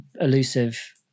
elusive